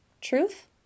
Truth